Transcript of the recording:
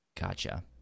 Gotcha